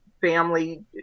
family